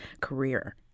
career